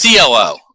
CLO